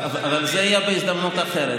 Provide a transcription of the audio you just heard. אבל זה יהיה בהזדמנות אחרת.